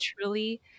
truly